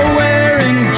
wearing